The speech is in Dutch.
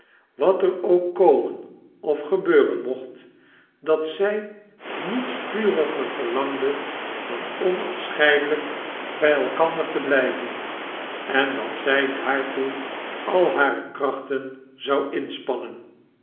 wat er ook komen of gebeuren mocht dat zy niets vuriger verlangde dan onafscheidelijk by elkander te blyven en dat zy daartoe al hare krachten zou inspannen